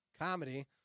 comedy